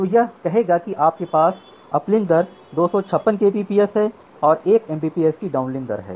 तो यह कहेगा कि आपके पास अपलिंक दर 256 Kbps है और 1 एमबीपीएस की डाउनलिंक दर है